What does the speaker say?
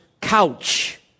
couch